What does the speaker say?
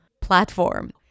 platform